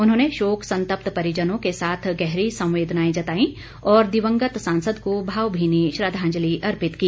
उन्होंने शोक संतप्त परिजनों के साथ गहरी संवेदनाएं जताईं और दिवंगत सांसद को भावभीनी श्रद्वांजलि अर्पित की